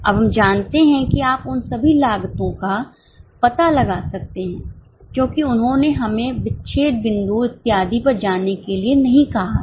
अब हम जानते हैं कि आप उन सभी लागतों का पता लगा सकते हैं क्योंकि उन्होंने हमें विच्छेद बिंदु इत्यादि पर जाने के लिए नहीं कहा है